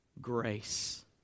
grace